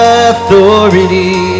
authority